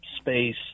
space